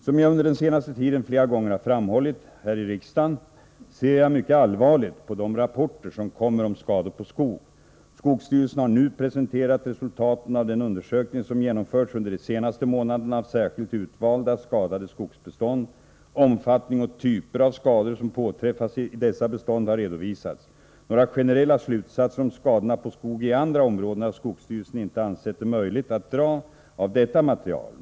Som jag under den senaste tiden flera gånger har framhållit här i riksdagen ser jag mycket allvarligt på de rapporter som kommer om skador på skog. Skogsstyrelsen har nu presenterat resultaten av den undersökning som genomförts under de senaste månaderna av särskilt utvalda skadade skogsbestånd. Omfattning och typer av skador som påträffats i dessa bestånd har redovisats. Några generella slutsatser om skadorna på skog i andra områden har skogsstyrelsen inte ansett det möjligt att dra av detta material.